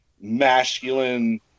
masculine